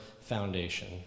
foundation